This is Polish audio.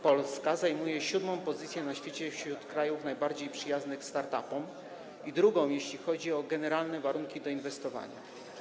Polska zajmuje siódmą pozycję na świecie wśród krajów najbardziej przyjaznych start-upom i drugą, jeśli chodzi o generalne warunki do inwestowania.